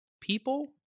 people